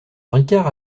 ricard